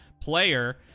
player